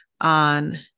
on